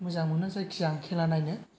मोजां मोनो जायखिजाया आं खेला नायनो